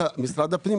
משרד הפנים,